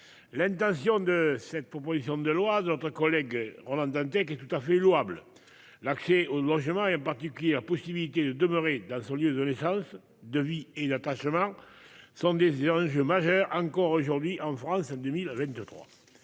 L'intention de cette proposition de loi de notre collègue Ronan Dantec. Et tout à fait louable. L'accès au logement et en particulier la possibilité de demeurer dans son lieu de naissance de vie et l'attachement. Sont des enjeux majeurs encore aujourd'hui en France en 2000